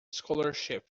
scholarship